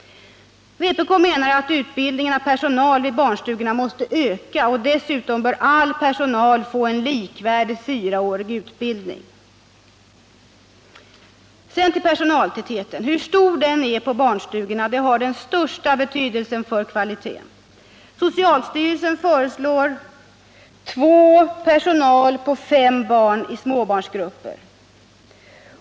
Vpk menar att utbildningen av personal vid barnstugorna måste öka. Dessutom bör all personal få en likvärdig, fyraårig utbildning. Så till personaltätheten. Hur stor personaltätheten är på barnstugorna har den största betydelse för kvaliteten. Socialstyrelsen föreslår 2 vuxna på 5 barn i småbarnsgrupper.